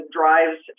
drives